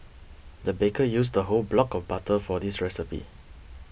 the baker used a whole block of butter for this recipe